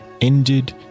ended